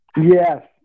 Yes